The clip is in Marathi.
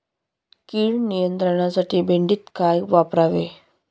कीड नियंत्रणासाठी भेंडीत काय वापरावे?